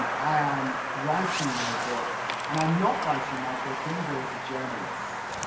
um i am writing my book, and i'm not writing my book either, as a journalist,